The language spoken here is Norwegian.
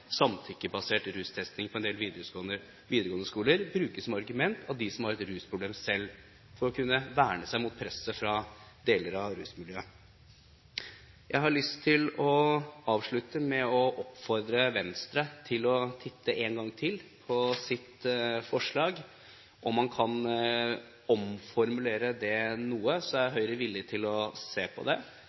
samtykkebasert rustesting på en del videregående skoler brukes som argument av dem som har et rusproblem selv, for å kunne verne seg mot presset fra deler av rusmiljøet. Jeg har lyst til å avslutte med å oppfordre Venstre til å titte en gang til på sitt forslag. Om man kan omformulere det noe, er Høyre villig til å se på det,